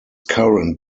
current